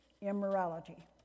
Immorality